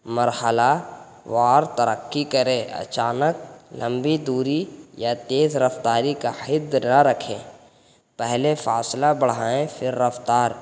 مرحلہ وار ترقی کریں اچانک لمبی دوری یا تیز رفتاری کا حرص نہ رکھیں پہلے فاصلہ بڑھائیں پھر رفتار